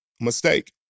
mistake